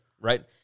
right